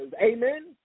Amen